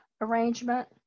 arrangement